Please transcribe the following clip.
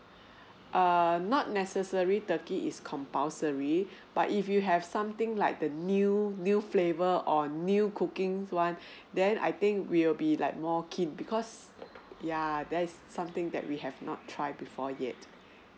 err not necessary turkey is compulsory but if you have something like the new new flavour or new cooking one then I think we will be like more keen because yeah there's something that we have not tried before yet